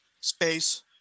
Space